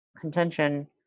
contention